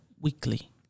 weekly